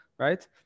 Right